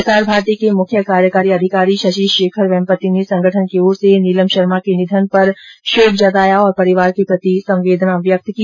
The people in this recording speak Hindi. प्रसार भारती के मुख्य कार्यकारी अधिकारी शशि शेखर ने संगठन की ओर से नीलम शर्मा के निधन पर शोक जताया और परिवार के प्रति संवेदना व्यक्त की